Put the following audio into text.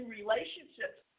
relationships